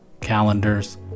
calendars